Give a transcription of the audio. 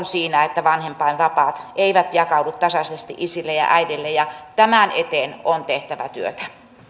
siinä että vanhempainvapaat eivät jakaudu tasaisesti isille ja äideille ja tämän eteen on tehtävä työtä